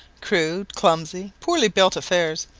crude, clumsy, poorly built affairs,